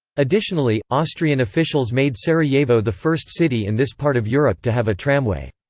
additionally, austrian officials made sarajevo the first city in this part of europe to have a tramway.